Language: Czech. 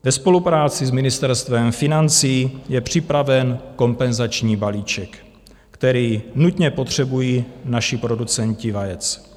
Ve spolupráci s Ministerstvem financí je připraven kompenzační balíček, který nutně potřebují naši producenti vajec.